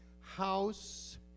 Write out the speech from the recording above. house